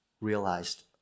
realized